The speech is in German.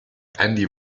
andy